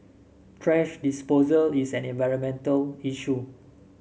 thrash disposal is an environmental issue